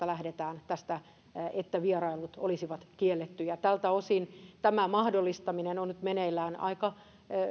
lähdetään tästä että vierailut olisivat kiellettyjä tältä osin tämän mahdollistaminen on nyt meneillään aika